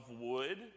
wood